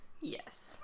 Yes